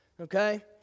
Okay